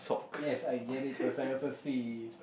yes I get it cause I also see